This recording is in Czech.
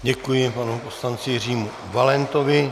Děkuji panu poslanci Jiřímu Valentovi.